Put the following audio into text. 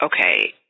Okay